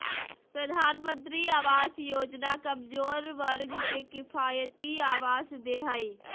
प्रधानमंत्री आवास योजना कमजोर वर्ग के किफायती आवास दे हइ